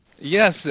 yes